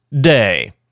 Day